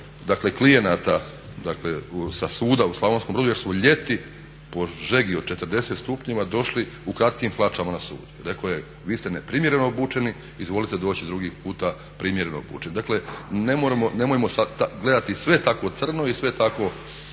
nekoliko klijenata sa suda u Slavonskom Brodu jer su ljeti po žegi od 40 stupnjeva došli u kratkim hlačama na sud. Rekao je vi ste neprimjereno obučeni izvolite doći drugi puta primjereno obučeni. Dakle nemojmo gledati sve tako crno i sve tako